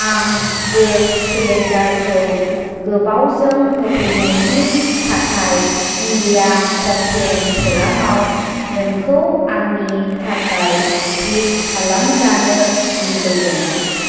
आं गेस सिलिनदारखौ गोबावजों होफैनायनि थाखाय इण्डिया कमप्लेन फरामाव नोंखौ आंनि थाखाय टुइट खालामजानो लुगैदों